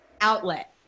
outlet